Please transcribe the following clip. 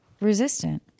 resistant